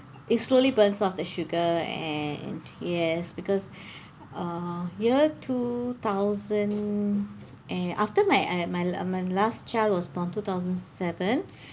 it slowly burns off the sugar and yes because uh year two thousand and after my uh my uh my last child was born two thousand seven